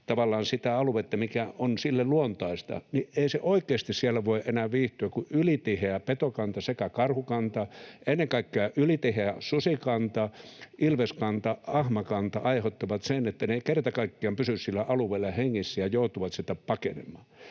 tavallaan sitä aluetta, mikä on metsäpeuralle luontaista, ei se oikeasti siellä voi enää viihtyä, kun ylitiheä petokanta — sekä karhukanta että ennen kaikkea ylitiheä susikanta, ilveskanta, ahmakanta — aiheuttaa sen, että ne eivät kerta kaikkiaan pysy sillä alueella hengissä ja joutuvat sieltä pakenemaan?